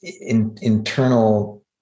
internal